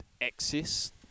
access